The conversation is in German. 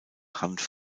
hanf